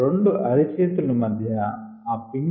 రెండు అరి చేతుల మధ్య ఆ పిండి బాల్ ను ఉంచుదాం